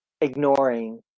ignoring